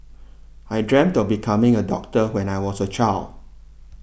I dreamt of becoming a doctor when I was a child